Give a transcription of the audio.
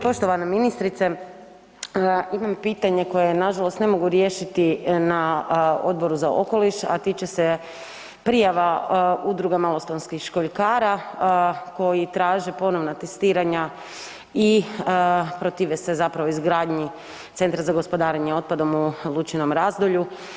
Poštovana ministrice, imam pitanje koje na žalost ne mogu riješiti na Odboru za okoliš, a tiče se prijava Udruga malostonskih školjkara koji traže ponovna testiranja i protive se zapravo izgradnji Centra za gospodarenje otpadom u Lučinom Razdolju.